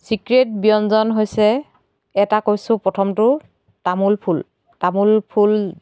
secret ব্যঞ্জন হৈছে এটা কৈছোঁ প্ৰথমটো তামোলফুল তামোলফুল